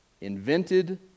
invented